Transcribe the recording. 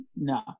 no